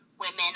Women